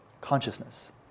consciousness